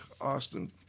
Austin